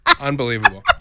unbelievable